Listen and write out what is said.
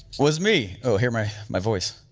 was me, oh, hear my my voice.